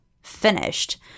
finished